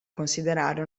considerare